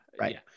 right